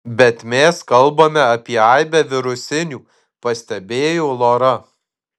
bet mes kalbame apie aibę virusinių pastebėjo lora